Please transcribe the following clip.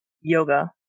yoga